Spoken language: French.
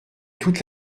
toute